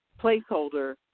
placeholder